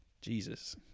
jesus